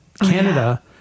Canada